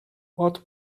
what